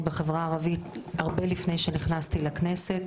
בחברה הערבית הרבה לפני שנכנסתי לכנסת,